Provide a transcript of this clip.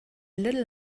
little